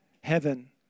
Heaven